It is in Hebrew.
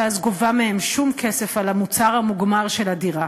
ואז גובה מהם שוב כסף על המוצר המוגמר של הדירה.